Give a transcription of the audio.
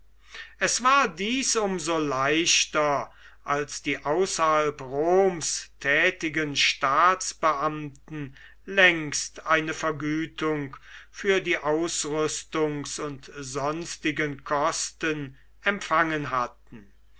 es war dies um so leichter als die außerhalb roms tätigen staatsbeamten längst eine vergütung für die ausrüstungs und sonstigen kosten empfangen hatten